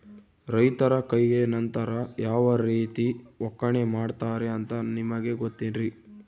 ರೈತರ ಕೈಗೆ ನಂತರ ಯಾವ ರೇತಿ ಒಕ್ಕಣೆ ಮಾಡ್ತಾರೆ ಅಂತ ನಿಮಗೆ ಗೊತ್ತೇನ್ರಿ?